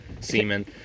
semen